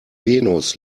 venus